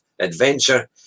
adventure